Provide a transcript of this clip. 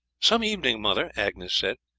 some evening, mother, agnes said,